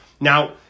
Now